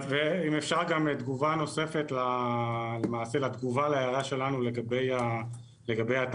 אם אפשר גם תגובה נוספת לתגובה ולהערה שלנו לגבי התאגידים.